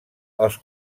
els